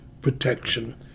protection